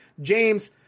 James